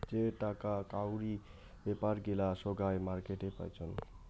যেটাকা কাউরি বেপার গিলা সোগায় মার্কেটে পাইচুঙ